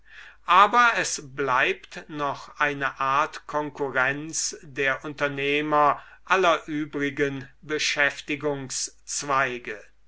aber es bleibt noch eine art konkurrenz der unternehmer aller übrigen